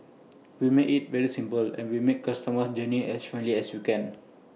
we make IT very simple and we make customer's journey as friendly as you can